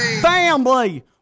Family